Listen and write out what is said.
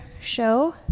show